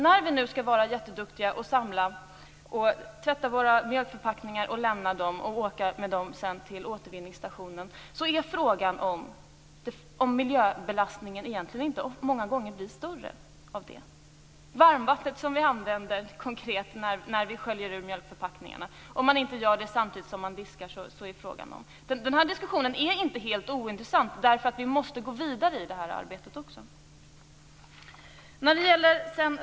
När vi nu skall vara jätteduktiga och samla, tvätta våra mjölkförpackningar och åka med dem till återvinningsstationen är frågan om miljöbelastningen inte många gånger blir större. Tänk på det varmvatten som går åt när man sköljer ur mjölkförpackningarna - i alla fall om man inte sköljer ur dem samtidigt som man diskar. Den här diskussionen är inte helt ointressant, eftersom vi också måste gå vidare i det här arbetet.